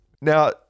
Now